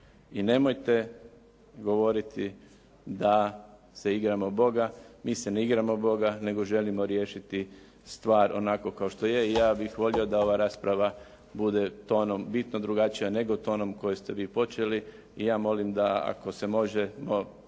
i nemojte govoriti da se igramo Boga. Mi se ne igramo Boga, nego želimo riješiti stvar onako kao što je. I ja bih volio da ova rasprava bude tonom bitno drugačija, nego tonom kojim ste vi počeli i ja molim da ako se možemo